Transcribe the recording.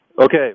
Okay